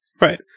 Right